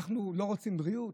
האם אנחנו לא רוצים בריאות?